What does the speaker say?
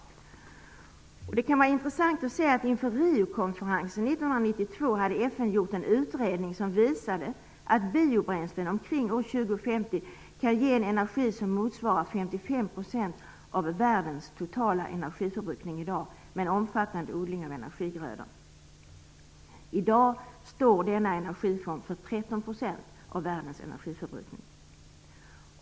Det kan vara intressant att notera att inför Riokonferensen 1992 hade FN gjort en utredning som visade att biobränslen omkring år 2050 kan ge en energi som motsvarar 55 % av världens totala energiförbrukning i dag, med en omfattande odling av energigrödor. I dag står denna energiform för 13 % av världens energiförbrukning.